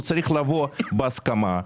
הוא צריך לבוא בהסכמה.